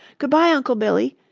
good-bye, uncle billy,